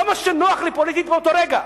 לא מה שנוח לי פוליטית באותו רגע.